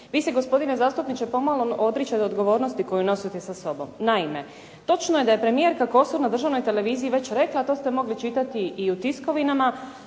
Vi se gospodine zastupniče pomalo odričete odgovornosti koju nosite sa sobom. Naime, točno je da je premijerka Kosor na državnoj televiziji već rekla, a to ste mogli čitati i u tiskovinama,